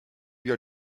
your